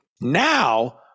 now